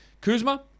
Kuzma